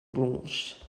blanches